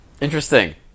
interesting